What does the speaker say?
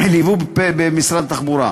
ליבוא במשרד התחבורה.